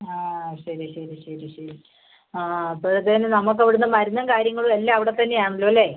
ആ ആ ശരി ശരി ശരി ശരി ആ ആ അപ്പോൾ ഇത് നമ്മൾക്ക് ഇവിടെ നിന്ന് മരുന്നും കാര്യങ്ങളും എല്ലാം അവിടെ തന്നെ ആണല്ലോ അല്ല